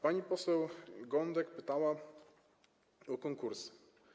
Pani poseł Gądek pytała o konkursy.